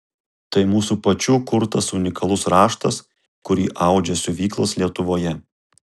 tai mūsų pačių kurtas unikalus raštas kurį audžia siuvyklos lietuvoje